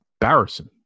embarrassing